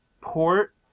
port